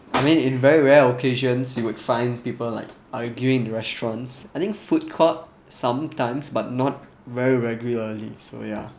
I mean in very rare occasions you would find people like arguing in restaurants I think food court sometimes but not very regularly so ya